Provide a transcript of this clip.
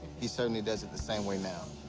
he certainly does it the same way now.